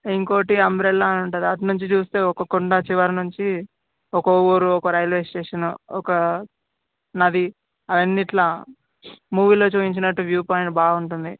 ఇంకోటి అంబ్రెల్లా ఉంటుంది అటునుంచి చూస్తే ఒక కొండ చివరి నుంచి ఒక ఊరు ఒక రైల్వే స్టేషన్ ఒక నది అవన్నీ ఇట్లా మూవీలో చూపించినట్టు వ్యూ పాయింట్ బాగుంటుంది